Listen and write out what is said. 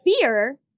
fear